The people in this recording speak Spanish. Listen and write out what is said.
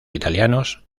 italianos